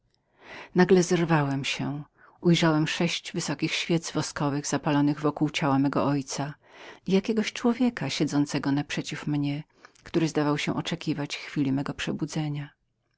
nagle zerwałem się i ujrzałem sześć wysokich świec woskowych zapalonych na około ciała i jakiegoś człowieka siedzącego naprzeciw mnie który zdawał się oczekiwać chwili mego przebudzenia